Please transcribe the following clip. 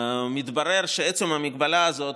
מתברר שעצם המגבלה הזו,